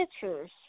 pictures